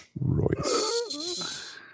Royce